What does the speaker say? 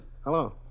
Hello